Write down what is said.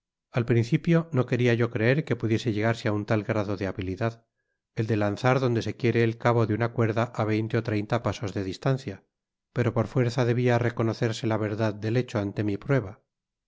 al principio no queria yo creer que pudiese llegarse a un tal grado de habilidad el de lanzar donde se quiere el cabo de una cuerda á veinte ó treinta pasos de distancia pero por fuerza debia reconocerse la verdad del hecho ante la prueba